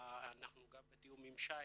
אנחנו גם בתיאום עם שי